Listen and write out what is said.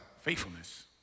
Faithfulness